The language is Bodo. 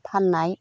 फाननाय